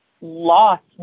lost